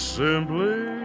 simply